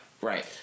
right